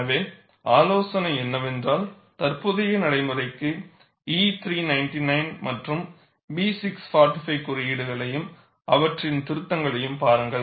எனவே ஆலோசனை என்னவென்றால் தற்போதைய நடைமுறைக்கு E399 மற்றும் B645 குறியீடுகளையும் அவற்றின் திருத்தங்களையும் பாருங்கள்